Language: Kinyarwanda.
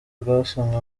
rwasomwe